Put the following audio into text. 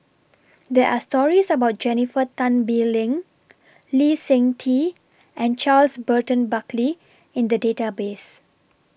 There Are stories about Jennifer Tan Bee Leng Lee Seng Tee and Charles Burton Buckley in The Database